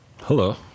Hello